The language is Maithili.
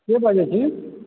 के बाजैत छी